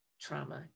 trauma